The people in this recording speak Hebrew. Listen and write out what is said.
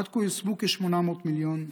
עד כה יושמו כ-800 מיליון ש"ח.